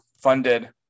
funded